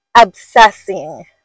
obsessing